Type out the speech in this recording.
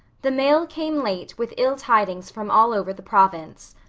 the mail came late with ill tidings from all over the province.